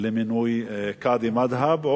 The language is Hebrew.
למינוי קאדים מד'הב,